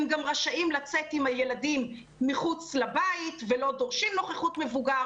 הם גם רשאים לצאת עם הילדים מחוץ לבית ולא דורשים נוכחות מבוגר